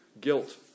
guilt